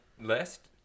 list